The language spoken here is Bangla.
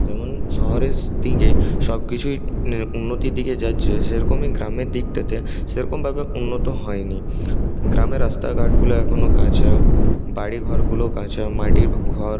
যেমন শহরের দিকে সব কিছুই উন্নতির দিকে যাচ্ছে সে রকমই গ্রামের দিকটাতে সে রকম ভাবে উন্নত হয়নি গ্রামের রাস্তাঘাটগুলো এখনো কাঁচা বাড়িঘরগুলো কাঁচা মাটির ঘর